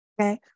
okay